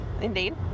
Indeed